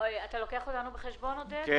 צריך לקחת בחשבון שהסכום הזה הוא סכום מבוקש,